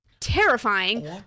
terrifying